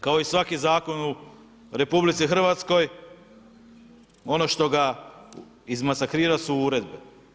Kao i svaki zakon u RH, ono što ga izmasakrira su uredbe.